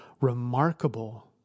remarkable